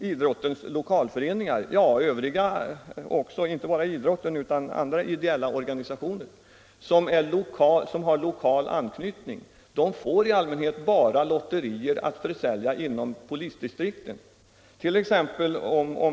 Idrottsföreningar och andra organisationer med lokal anknytning får i allmänhet bara tillstånd till lotterier för försäljning inom polisdistrikten.